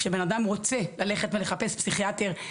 כשבן אדם רוצה ללכת ולחפש פסיכיאטר,